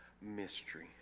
mystery